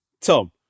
Tom